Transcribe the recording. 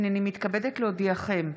הינני מתכבדת להודיעכם,